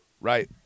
Right